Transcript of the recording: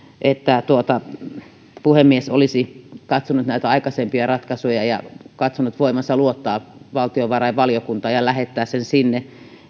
että puhemies olisi katsonut näitä aikaisempia ratkaisuja ja katsonut voivansa luottaa valtiovarainvaliokuntaan ja lähettää sen sinne